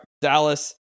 Dallas